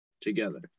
together